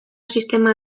sistema